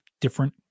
different